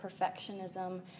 perfectionism